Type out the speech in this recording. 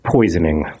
Poisoning